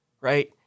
right